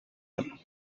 him